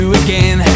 again